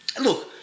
Look